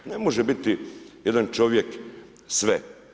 Ne može biti jedan čovjek sve.